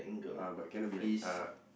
uh but cannot be like uh